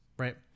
Right